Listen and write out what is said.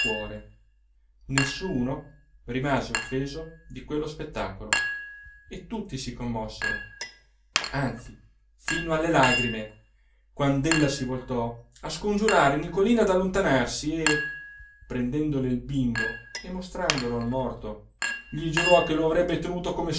nessuno rimase offeso di quello spettacolo e tutti si commossero anzi fino alle lagrime quand'ella si voltò a scongiurare nicolina d'allontanarsi e prendendole il bimbo e mostrandolo al morto gli giurò che lo avrebbe tenuto